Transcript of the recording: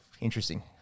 Interesting